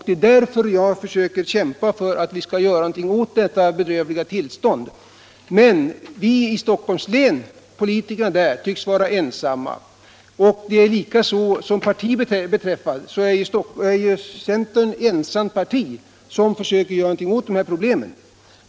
Det är därför jag försöker kämpa för att vi skall göra någonting åt detta bedrövliga tillstånd. Men politikerna i Stockholms län tycks vara ensamma, och vad partierna beträffar är centern ensam om att försöka göra någonting åt dessa problem.